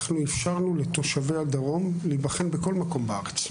אנחנו אפשרנו לתושבי הדרום להיבחן בכל מקום בארץ.